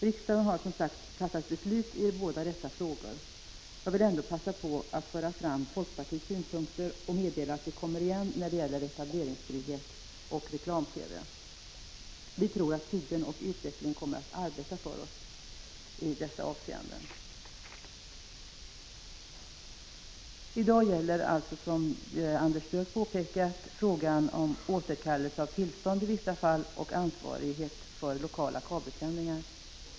Riksdagen har som sagt redan fattat beslut i båda dessa frågor. Jag vill ändå passa på att föra fram folkpartiets synpunkter och meddela att vi kommer igen när det gäller etableringsfrihet och reklam-TV. Vi tror att tiden och utvecklingen kommer att arbeta för oss i dessa avseenden. I dag gäller det, som Anders Björck påpekat, frågan om återkallelse av tillstånd i vissa fall och ansvarighet för lokala kabelsändningar.